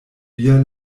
via